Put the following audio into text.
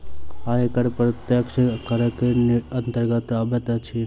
आयकर प्रत्यक्ष करक अन्तर्गत अबैत अछि